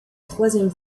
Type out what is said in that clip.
troisième